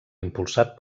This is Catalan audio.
impulsat